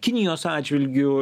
kinijos atžvilgiu